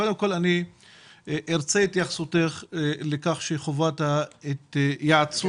קודם כל אני ארצה את התייחסותך לכך שחובת היוועצות